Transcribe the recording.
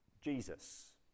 Jesus